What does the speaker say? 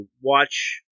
watch